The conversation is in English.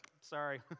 sorry